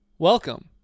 welcome